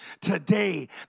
today